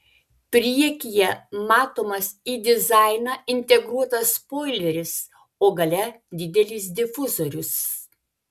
priekyje matomas į dizainą integruotas spoileris o gale didelis difuzorius